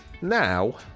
Now